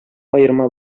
аерма